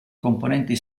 componenti